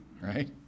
Right